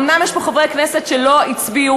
אומנם יש פה חברי כנסת שלא הצביעו,